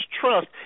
trust